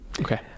Okay